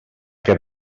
que